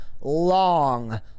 long